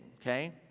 okay